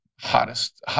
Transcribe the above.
hottest